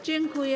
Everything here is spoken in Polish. Dziękuję.